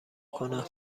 کنم